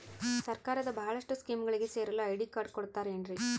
ಸರ್ಕಾರದ ಬಹಳಷ್ಟು ಸ್ಕೇಮುಗಳಿಗೆ ಸೇರಲು ಐ.ಡಿ ಕಾರ್ಡ್ ಕೊಡುತ್ತಾರೇನ್ರಿ?